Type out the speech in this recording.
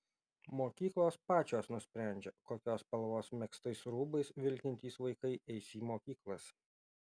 mokyklos pačios nusprendžia kokios spalvos megztais rūbais vilkintys vaikai eis į mokyklas